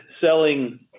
selling